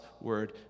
Word